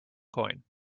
coin